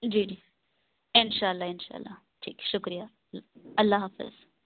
جی جی اِنشاء اللہ اِنشاء اللہ ٹھیک شُکریہ اللہ حافظ